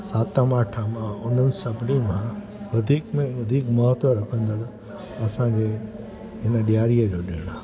सातम आठम आहे हुन सभिनी मां वधीक में वधीक महत्वु रखंदड़ु असांजे हिन ॾियारीअ जो ॾिणु आहे